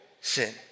sin